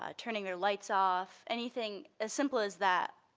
ah turning their lights off, anything as simple as that.